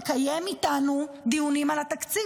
תקיים איתנו דיונים על התקציב.